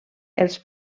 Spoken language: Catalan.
els